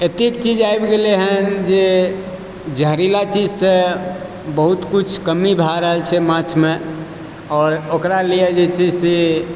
एतेक चीज आबि गेलै हँ जे जहरीला चीजसँ बहुत कुछ कमी भए रहल छै माछमे आओर ओकरा लिए जे छै से